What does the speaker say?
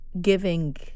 giving